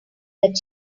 that